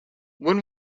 when